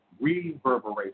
reverberation